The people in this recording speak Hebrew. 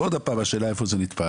עוד פעם, השאלה היא איפה זה נתפס.